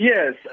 Yes